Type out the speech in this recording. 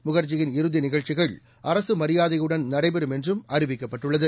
முகர்ஜியின் இறுதி நிகழ்ச்சிகள் அரசு மரியாதையுடன் நடைபெறும் என்றும் அறிவிக்கப்பட்டுள்ளது